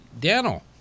Daniel